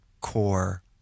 core